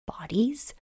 bodies